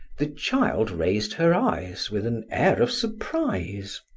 the child raised her eyes with an air of surprise.